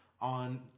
on